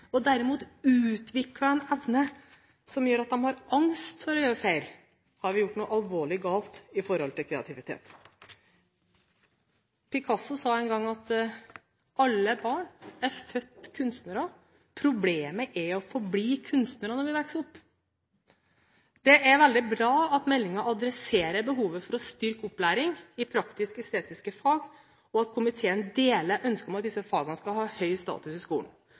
og derimot utvikler en evne som gjør at de har angst for å gjøre feil, har vi gjort noe alvorlig galt når det gjelder kreativitet. Picasso sa en gang at alle barn er født kunstnere, problemet er å forbli kunstnere når vi vokser opp. Det er veldig bra at meldingen adresserer behovet for å styrke opplæringen i praktisk-estetiske fag, og at komiteen deler ønsket om at disse fagene skal ha høy status i skolen.